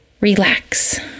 relax